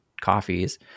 coffees